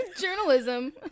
Journalism